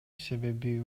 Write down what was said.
себеби